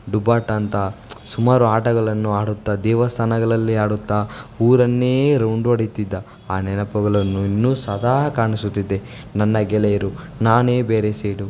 ಡುಬಾಟ ಅಂತ ಸುಮಾರು ಆಟಗಳನ್ನು ಆಡುತ್ತಾ ದೇವಸ್ಥಾನಗಳಲ್ಲಿ ಆಡುತ್ತ ಊರನ್ನೇ ರೌಂಡು ಹೊಡೆಯುತ್ತಿದ್ದ ಆ ನೆನಪುಗಳನ್ನು ಇನ್ನೂ ಸದಾ ಕಾಣಿಸುತ್ತಿದೆ ನನ್ನ ಗೆಳೆಯರು ನಾನೇ ಬೇರೆ ಸೈಡು